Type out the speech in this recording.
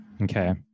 Okay